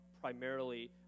primarily